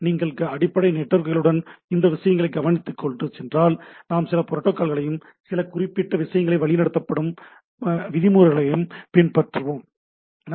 ஆனால் அடிப்படை நெட்வொர்க்குடன் இது விஷயங்களை கவனித்துக்கொள்கிறது ஏனென்றால் நாம் சில புரோட்டோக்கால்களையும் சில குறிப்பிட்ட விஷயங்களால் வழிநடத்தப்படும விதிகளையும் பின்பற்றுகிறோம்